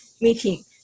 meeting